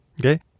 okay